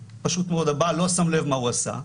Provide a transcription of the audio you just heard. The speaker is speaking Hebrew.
פשוט מאוד הבעל לא שם לב מה הוא עשה.